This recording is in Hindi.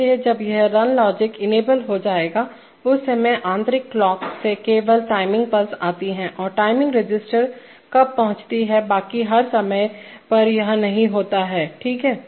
इसलिए जब यह रन लॉजिक इनेबल हो जाएगा उस समय आंतरिक क्लॉक से केवल टाइमिंग पल्स आती है और टाइमिंग रजिस्टर कब पहुंचती है बाकी हर समय पर यह नहीं होता हैठीक है